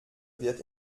wird